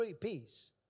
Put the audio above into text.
peace